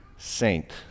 saint